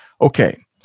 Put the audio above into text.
Okay